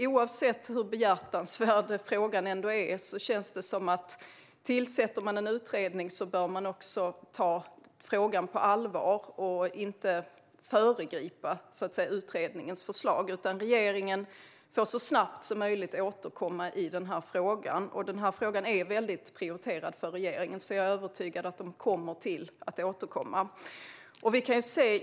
Oavsett hur behjärtansvärd frågan är känns det som att om man tillsätter en utredning bör man också ta frågan på allvar och inte föregripa utredningens förslag. Regeringen får så snabbt som möjligt återkomma i denna fråga. Den är prioriterad för regeringen, så jag är övertygad om att man kommer att återkomma.